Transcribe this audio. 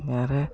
വേറെ